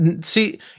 See